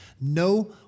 No